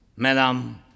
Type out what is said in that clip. Madam